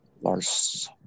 Lars